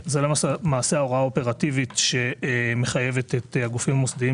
זאת ההוראה האופרטיבית שמחייבת את הגופים המוסדיים